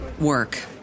work